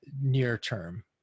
near-term